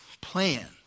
plan